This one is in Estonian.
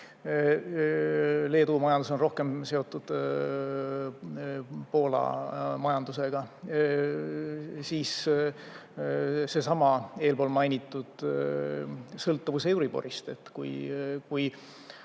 Leedu majandus on rohkem seotud Poola majandusega. Siis seesama eespool mainitud sõltuvus euriborist. Kui